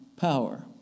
power